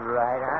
right